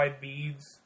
beads